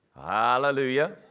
Hallelujah